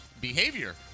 behavior